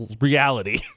reality